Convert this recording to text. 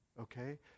okay